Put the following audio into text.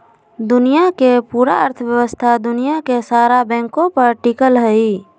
दुनिया के पूरा अर्थव्यवस्था दुनिया के सारा बैंके पर टिकल हई